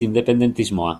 independentismoa